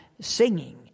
singing